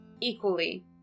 equally